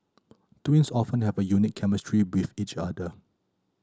twins often have a unique chemistry with each other